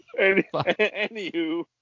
Anywho